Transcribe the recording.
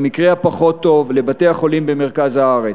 במקרה הפחות טוב לבתי-החולים במרכז הארץ.